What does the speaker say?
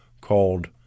called